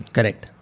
Correct